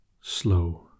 slow